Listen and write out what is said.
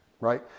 right